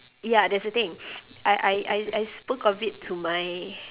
ya that's the thing I I I I spoke of it to my